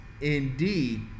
indeed